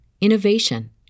innovation